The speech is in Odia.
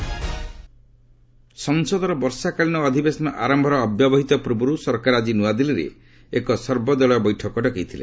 ଅଲ୍ ପାର୍ଟି ମିଟ୍ ସଂସଦର ବର୍ଷାକାଳୀନ ଅଧିବେଶନ ଆରମ୍ଭର ଅବ୍ୟବହିତ ପୂର୍ବରୁ ସରକାର ଆଜି ନ୍ତଆଦିଲ୍ଲୀରେ ଏକ ସର୍ବଦଳୀୟ ବୈଠକ ଡକାଇଥିଲେ